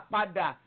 Pada